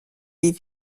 est